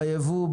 בייבוא,